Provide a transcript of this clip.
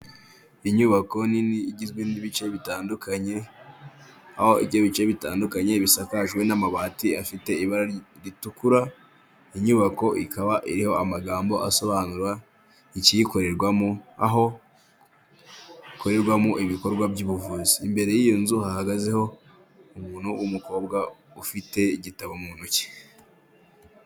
Inyubako nini igizwe n'ibice bitandukanye aho ibyo ibice bitandukanye bisakajwe n'amabati afitera ritukura, inyubako ikaba iriho amagambo asobanura ikiyikorerwamo aho ikorerwamo ibikorwa by'ubuvuzi, imbere y'iyo nzu hahagazeho umuntu w'umukobwa ufite igitabo mu ntoki.